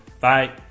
bye